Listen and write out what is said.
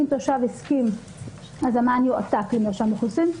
אם תושב הסכים, אז המען יועתק למרשם אוכלוסין.